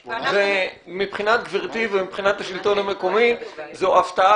מבחינת גברתי ומבחינת השלטון המקומי זו הפתעה